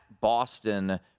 Boston